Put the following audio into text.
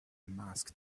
mask